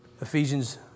Ephesians